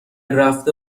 رفته